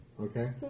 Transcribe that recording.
Okay